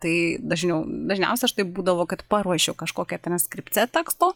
tai dažniau dažniausia aš tai būdavo kad paruošiu kažkokią transkripciją teksto